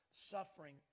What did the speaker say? Suffering